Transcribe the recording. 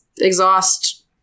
exhaust